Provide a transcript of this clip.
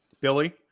Billy